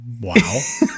Wow